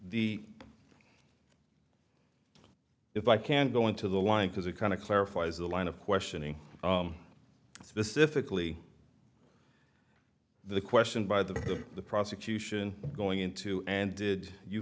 the if i can go into the line because it kind of clarifies the line of questioning specifically the question by the the the prosecution going into and did you